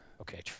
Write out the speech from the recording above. Okay